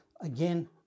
Again